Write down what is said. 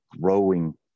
growing